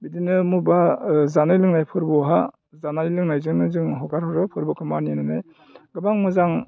बिदिनो बबेबा जानाय लोंनाय फोरबोआवहाय जानाय लोंनायजोंनो जों हगारहरो फोरबोखौ मानिनानै गोबां मोजां